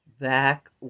back